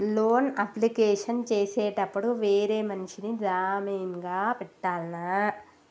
Loan application చేసేటప్పుడు వేరే మనిషిని జామీన్ గా పెట్టాల్నా?